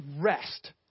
rest